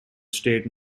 state